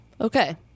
okay